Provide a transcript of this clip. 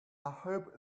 hope